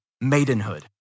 maidenhood